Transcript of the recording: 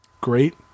great